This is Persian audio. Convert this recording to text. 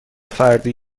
فردی